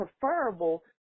preferable